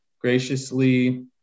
graciously